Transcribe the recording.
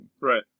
Right